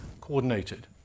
coordinated